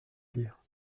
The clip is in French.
pear